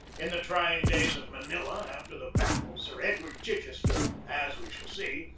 in the trying days at manila after the battle, sir edward chichester, as we shall see,